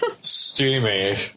Steamy